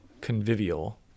convivial